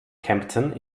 kempten